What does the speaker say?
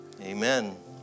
Amen